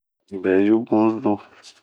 Unbɛ yu bun zun.